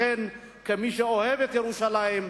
לכן, כמי שאוהב את ירושלים,